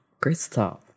Kristoff